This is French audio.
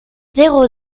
zéro